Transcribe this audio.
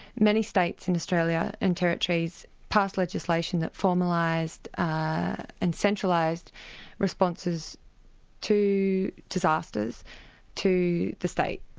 many states in australia, and territories, passed legislation that formalised ah and centralised responses to disasters to the state.